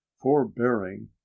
forbearing